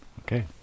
Okay